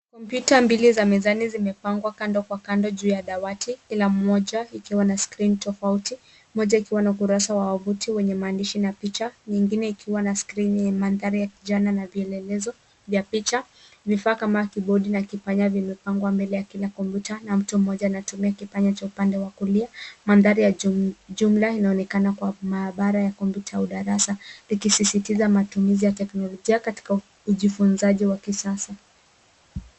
Kompyuta mbili za mezani zimepangwa kando kwa kando juu ya dawati, kila moja ikiwa na skrini tofauti . Moja ikiwa na ukurasa wa wavuti wenye maandishi na picha, nyingine ikiwa na skrini mandhari ya dijitali na vielelezo. Kibodi na kipanya vimewekwa mbele ya kila kompyuta, na mtu mmoja anatumia kipanya upande wa kulia. Mandhari yote yanafanana na maabara ya kompyuta darasani, yakionyesha matumizi ya teknolojia katika ujifunzaji wa kisasa.